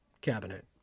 cabinet